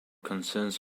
concerns